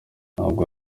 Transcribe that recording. ntabwo